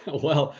well,